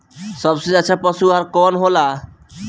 सबसे अच्छा पशु आहार कवन हो ला?